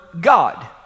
God